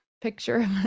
picture